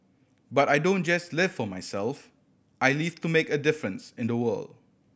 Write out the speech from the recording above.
but I don't just live for myself I live to make a difference in the world